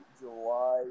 July